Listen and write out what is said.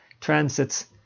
transits